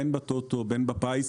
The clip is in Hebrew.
בין בטוטו ובין בפיס,